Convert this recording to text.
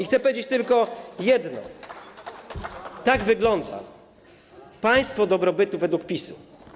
Chcę powiedzieć tylko jedno: tak wygląda państwo dobrobytu według PiS-u.